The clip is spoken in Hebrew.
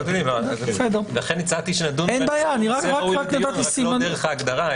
זה נושא ראוי לדיון רק לא דרך ההגדרה,